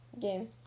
game